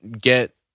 get